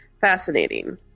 fascinating